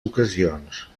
ocasions